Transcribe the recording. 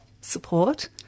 support